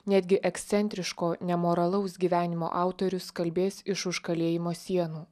netgi ekscentriško nemoralaus gyvenimo autorius kalbės iš už kalėjimo sienų